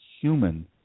human